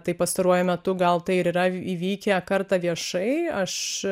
tai pastaruoju metu gal tai ir yra įvykę kartą viešai aš